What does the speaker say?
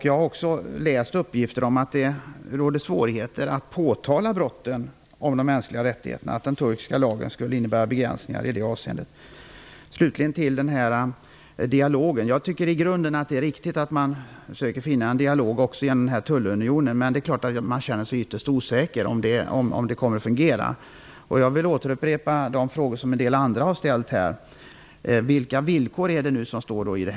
Jag har också läst uppgifter om att det finns svårigheter med att påtala brott mot de mänskliga rättigheterna och att den turkiska lagen skulle innebära begränsningar i det avseendet. Slutligen vill jag nämna några ord om den här dialogen. Jag tycker att det i grunden är riktigt att man försöker få till stånd en dialog även genom en tullunion. Men det är klart att man känner sig ytterst osäker över om det kommer att fungera eller inte. Jag vill återupprepa några frågor som de andra debattörerna har ställt här. Vilka villkor finns i avtalet när det gäller MR-området?